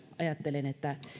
ajattelen että